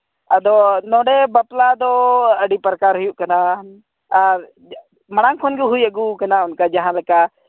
ᱟᱫᱚ ᱱᱚᱸᱰᱮ ᱵᱟᱯᱞᱟ ᱫᱚ ᱟᱹᱰᱤ ᱯᱟᱨᱠᱟᱨ ᱦᱩᱭᱩᱜ ᱠᱟᱱᱟ ᱟᱨ ᱢᱟᱬᱟᱝ ᱠᱷᱚᱱ ᱜᱮ ᱦᱩᱭ ᱟᱹᱜᱩᱣᱟᱠᱟᱱᱟ ᱚᱱᱠᱟ ᱡᱟᱦᱟᱸᱞᱮᱠᱟ